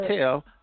tell